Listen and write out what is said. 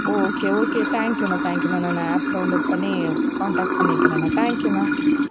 okay okay தேங்க்யூண்ணா தேங்க்யூண்ணா நான் ஆப் டவுன்லோட் பண்ணி கான்டேக்ட் பண்ணிக்கிறேண்ணா தேங்க்யூண்ணா